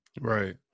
Right